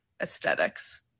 aesthetics